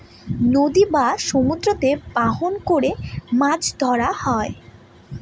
নদী বা সমুদ্রতে বাহন করে মাছ ধরা হয়